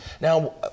Now